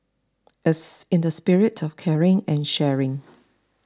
it's in the spirit of caring and sharing